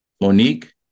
Monique